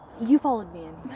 you followed me in